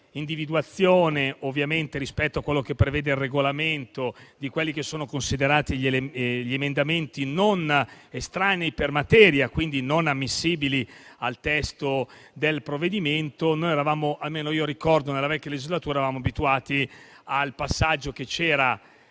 individuazione, ovviamente rispetto a quello che prevede il Regolamento, di quelli che sono considerati gli emendamenti estranei per materia, quindi non ammissibili al testo del provvedimento; noi eravamo abituati - almeno io ricordo - nella vecchia legislatura al passaggio che c'era